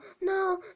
no